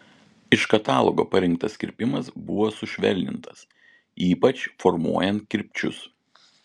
iš katalogo parinktas kirpimas buvo sušvelnintas ypač formuojant kirpčius